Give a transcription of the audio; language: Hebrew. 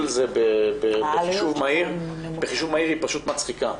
העלות של זה בחישוב מהיר היא פשוט מצחיקה.